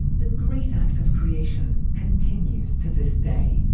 the great act of creation continues to this day.